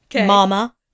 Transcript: Mama